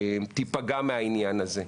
תפגע מהעניין הזה.